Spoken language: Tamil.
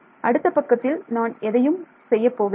அடுத்த பக்கத்தில் நான் எதையும் செய்யப்போவதில்லை